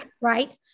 right